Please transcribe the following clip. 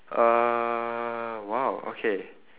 uh !wow! okay